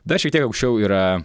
dar šiek tiek aukščiau yra